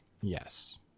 Yes